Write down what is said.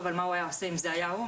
על מה הוא היה עושה אם זה היה הוא,